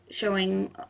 showing